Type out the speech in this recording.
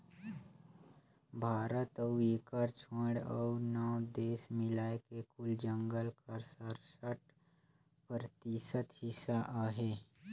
भारत अउ एकर छोंएड़ अउ नव देस मिलाए के कुल जंगल कर सरसठ परतिसत हिस्सा अहे